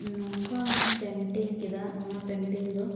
ᱱᱚᱝᱠᱟᱢ ᱠᱮᱫᱟ ᱚᱱᱟ ᱫᱚ